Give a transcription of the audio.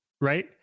right